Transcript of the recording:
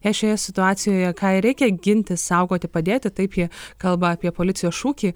jei šioje situacijoje ką ir reikia ginti saugoti padėti taip jie kalba apie policijos šūkį